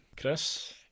Chris